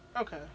Okay